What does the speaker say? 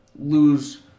lose